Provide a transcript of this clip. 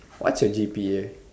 what's your G_P_A